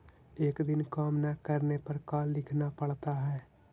एक दिन काम न करने पर का लिखना पड़ता है?